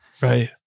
Right